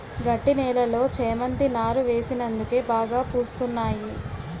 గట్టి నేలలో చేమంతి నారు వేసినందుకే బాగా పూస్తున్నాయి